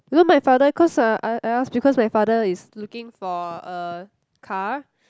you know my father cause I I I ask because my father is looking for a car